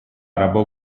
arabo